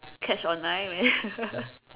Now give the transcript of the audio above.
catch online man